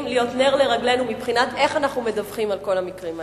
להיות נר לרגלינו מבחינת איך אנחנו מדווחים על כל המקרים האלה.